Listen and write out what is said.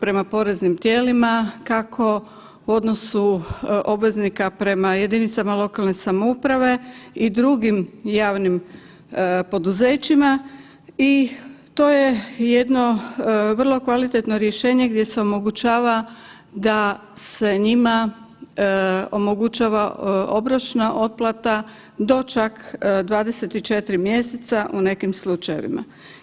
prema poreznim tijelima, kako u odnosu obveznika prema jedinicama lokalne samouprave i drugim javnim poduzećima i to je jedno vrlo kvalitetno rješenje gdje se omogućava da se njima omogućava obročna otplata do čak 24 mjeseca u nekim slučajevima.